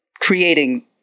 creating